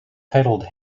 titled